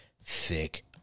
thick